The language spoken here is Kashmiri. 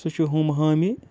سُہ چھُ ہُم ہامہِ